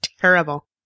Terrible